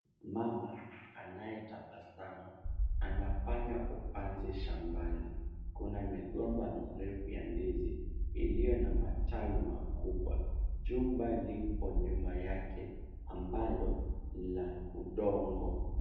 Mama anayetabasamu, anafanya upanzi shambani kuna migomba mirefu ya ndizi, iliyo na matawi makubwa, jumba liko nyuma yake ambalo ni la udongo.